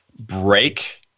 Break